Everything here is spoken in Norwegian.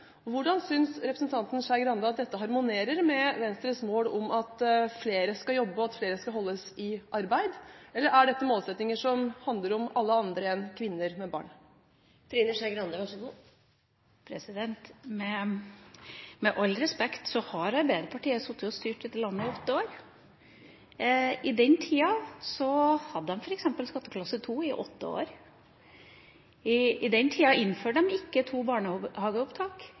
Hvordan synes representanten Skei Grande at dette harmonerer med Venstres mål om at flere skal jobbe, og at flere skal holdes i arbeid? Eller er dette målsettinger som handler om alle andre enn kvinner med barn? Med all respekt så har Arbeiderpartiet sittet og styrt dette landet i åtte år! I den tida hadde de f.eks. skatteklasse 2 i åtte år. I den tida innførte de ikke to barnehageopptak